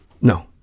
No